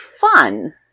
fun